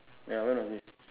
ya when was this